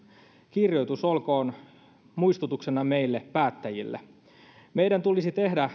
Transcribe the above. kirjoitus olkoon muistutuksena meille päättäjille meidän tulisi tehdä